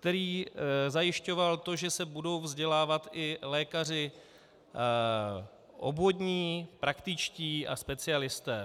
který zajišťoval to, že se budou vzdělávat i lékaři obvodní, praktičtí a specialisté.